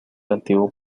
antiguo